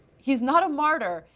he is not a martyr,